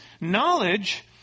knowledge